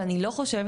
ואני לא חושבת,